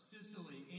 Sicily